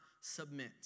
submit